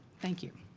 thank you